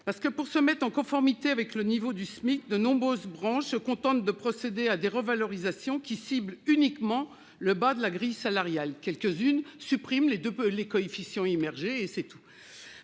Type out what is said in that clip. année. Pour se mettre en conformité avec le niveau du SMIC, de nombreuses branches se contentent en effet de procéder à des revalorisations qui ciblent uniquement le bas de la grille salariale. Quelques-unes suppriment ainsi uniquement les coefficients immergés. Par conséquent,